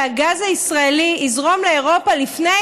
בעיניכם שהגז הישראלי יזרום לאירופה לפני